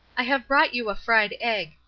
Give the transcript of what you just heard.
i have brought you a fried egg.